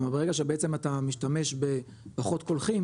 כלומר ברגע שבעצם אתה משתמש בפחות קולחים